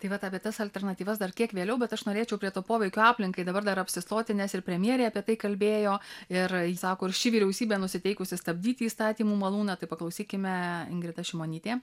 tai vat apie tas alternatyvas dar kiek vėliau bet aš norėčiau prie to poveikio aplinkai dabar dar apsistoti nes ir premjerė apie tai kalbėjo ir sako ir ši vyriausybė nusiteikusi stabdyti įstatymų malūną tai paklausykime ingrida šimonytė